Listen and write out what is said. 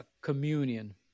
communion